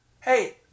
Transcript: Hey